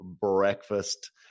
breakfast